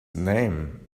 name